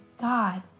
God